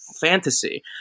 fantasy